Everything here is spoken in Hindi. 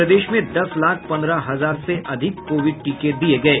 प्रदेश में दस लाख पन्द्रह हजार से अधिक कोविड टीके दिये गये